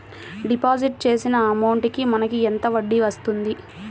Deposit చేసిన amount కి మనకి ఎంత వడ్డీ వస్తుంది?